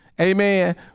Amen